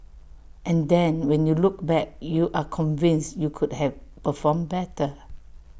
and then when you look back you are convinced you could have performed better